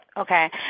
Okay